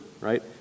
right